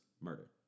murder